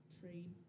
trade